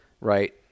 right